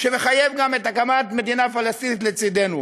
שתחייב גם הקמת מדינה פלסטינית לצדנו.